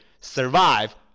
survive